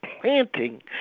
planting